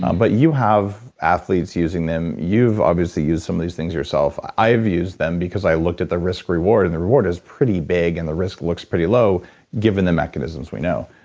but you have athletes using them. you've obviously used some of these things yourself. i've used them because i looked at the risk reward, and the reward is pretty big and the risk looks pretty low given the mechanisms we know.